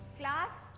class,